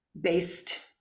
based